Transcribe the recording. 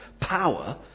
power